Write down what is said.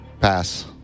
Pass